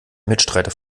mitstreiter